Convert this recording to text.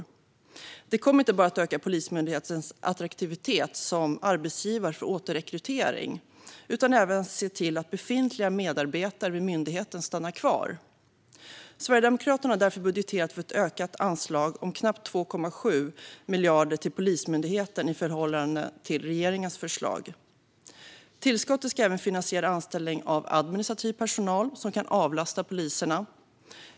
Detta kommer inte bara att öka Polismyndighetens attraktivitet som arbetsgivare för återrekrytering utan även se till att befintliga medarbetare vid myndigheten stannar kvar. Sverigedemokraterna har därför budgeterat för ett ökat anslag om knappt 2,7 miljarder kronor till Polismyndigheten i förhållande till regeringens förslag. Tillskottet ska även finansiera anställning av administrativ personal som kan avlasta poliserna.